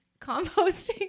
Composting